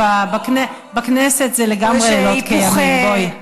כן, בכנסת זה לגמרי לילות כימים, בואי.